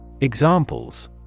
Examples